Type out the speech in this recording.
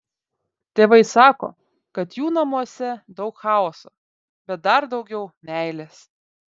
tėvai sako kad jų namuose daug chaoso bet dar daugiau meilės